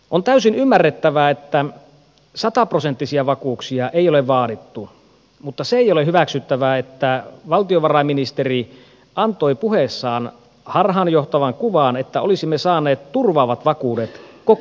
on täysin ymmärrettävää että sataprosenttisia vakuuksia ei ole vaadittu mutta se ei ole hyväksyttävää että valtiovarainministeri antoi puheessaan harhaanjohtavan kuvan että olisimme saaneet turvaavat vakuudet koko riskille